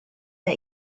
der